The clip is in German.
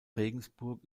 regensburg